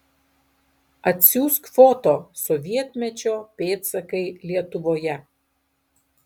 atsiųsk foto sovietmečio pėdsakai lietuvoje